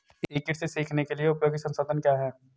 ई कृषि सीखने के लिए उपयोगी संसाधन क्या हैं?